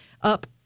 up